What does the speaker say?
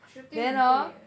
shooting 很贵 leh